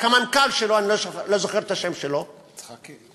רק המנכ"ל שלו, אני לא זוכר את השם שלו, יצחקי?